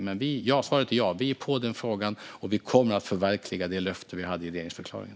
Men svaret är ja, vi ska ta itu med frågan och kommer att förverkliga det löfte vi hade i regeringsförklaringen.